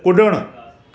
कुॾणु